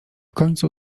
końcu